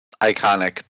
Iconic